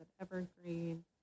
evergreen